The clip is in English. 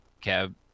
cab